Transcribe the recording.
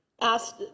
asked